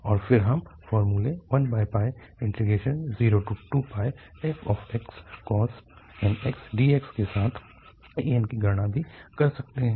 औरफिर हम फार्मूले 102πfxcos nx dx के साथ anकी गणना भी कर सकते है